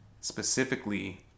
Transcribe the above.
Specifically